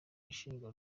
ashinjwa